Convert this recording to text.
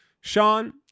Sean